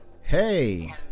Hey